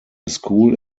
school